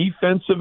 defensive